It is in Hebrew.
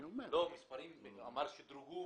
לא, מספרים, הוא אמר שודרגו.